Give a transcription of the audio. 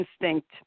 instinct